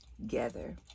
together